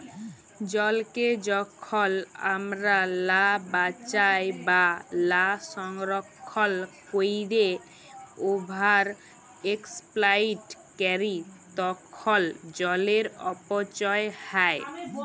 জলকে যখল আমরা লা বাঁচায় বা লা সংরক্ষল ক্যইরে ওভার এক্সপ্লইট ক্যরি তখল জলের অপচয় হ্যয়